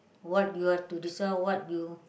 what you have to discern what you